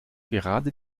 gerade